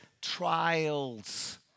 trials